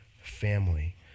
family